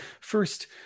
first